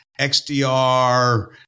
XDR